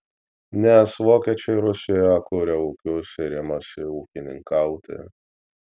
nes vokiečiai rusijoje kuria ūkius ir imasi ūkininkauti